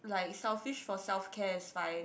like selfish for self care is fine